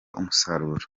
umusaruro